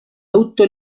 auto